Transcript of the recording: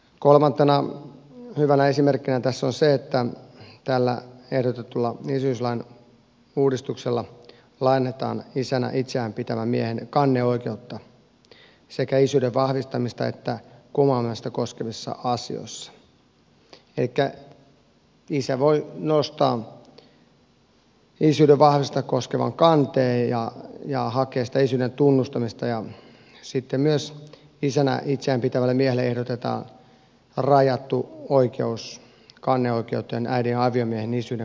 kolmantena hyvänä esimerkkinä tässä on se että tällä ehdotetulla isyyslain uudistuksella laajennetaan isänä itseään pitävän miehen kanneoikeutta sekä isyyden vahvistamista että kumoamista koskevissa asioissa elikkä isä voi nostaa isyyden vahvistamista koskevan kanteen ja hakea sitä isyyden tunnustamista ja sitten myös isänä itseään pitävälle miehelle ehdotetaan rajattu oikeus kanneoikeuteen äidin aviomiehen isyyden kumoamiseksi